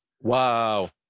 Wow